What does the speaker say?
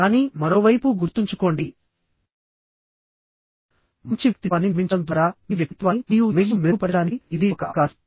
కానీ మరోవైపు గుర్తుంచుకోండి మంచి వ్యక్తిత్వాన్ని నిర్మించడం ద్వారా మీ వ్యక్తిత్వాన్ని మరియు ఇమేజ్ను మెరుగుపరచడానికి ఇది ఒక అవకాశం